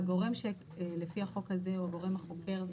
הגורם שלפי החוק הזה הוא הגורם החוקר,